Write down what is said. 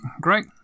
great